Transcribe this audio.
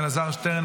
אלעזר שטרן,